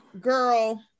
girl